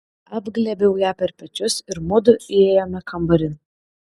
apglėbiau ją per pečius ir mudu įėjome kambarin